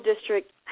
district